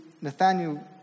nathaniel